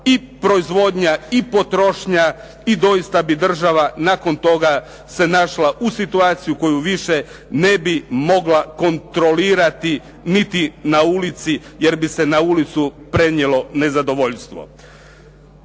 i proizvodnja i potrošnja i doista bi država nakon toga se našla u situaciji koju više ne bi mogla kontrolirati niti na ulici jer bi se na ulicu prenijelo nezadovoljstvo.